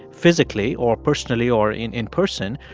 physically or personally or in in person.